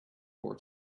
for